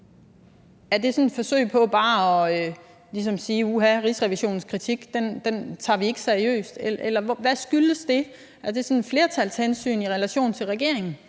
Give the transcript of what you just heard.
Er det sådan et forsøg på ligesom at sige: Uha, Rigsrevisionens kritik tager vi ikke seriøst? Eller hvad skyldes det? Er det et flertalshensyn i relation til regeringen?